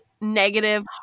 negative